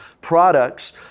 products